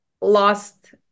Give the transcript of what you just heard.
lost